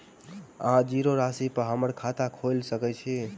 अहाँ जीरो राशि पर हम्मर खाता खोइल सकै छी?